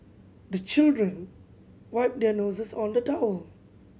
the children wipe their noses on the towel